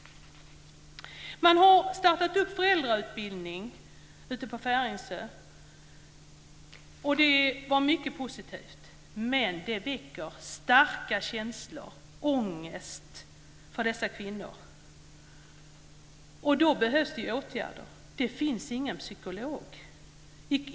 Man har startat en föräldrautbildning ute på Färingsö. Det var mycket positivt. Men det väcker starka känslor - ångest - för dessa kvinnor. Då behövs det ju åtgärder. Men det finns ingen psykolog.